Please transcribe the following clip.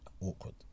awkward